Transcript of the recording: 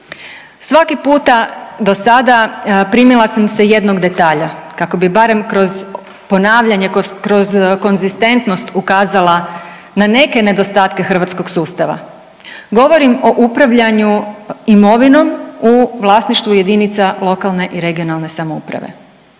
Svaki puta do sada primila sam se jednog detalja kako bi barem kroz ponavljanje, kroz konzistentnost ukazala na neke nedostatke hrvatskog sustava, govorim o upravljanju imovinom u vlasništvu jedinica lokalne i regionalne samouprave.